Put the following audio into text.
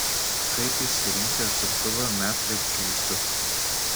kaip išsirinkti atsuktuvą medsraigčiui įsukti